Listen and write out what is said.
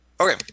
okay